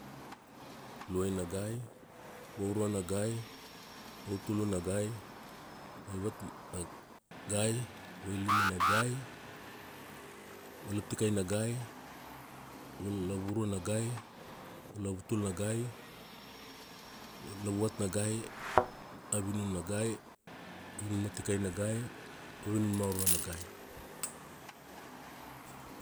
Luaina gai, vauruana gai, vautuluna gai, vaivat na gai, vailima na gai, valaptikai na gai, valavurua na gai, valavutul na gai, valavuvat na gai, avinun na gai, avinun ma tikai na gai, avinun ma urua na gai.